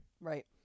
Right